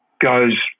goes